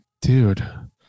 dude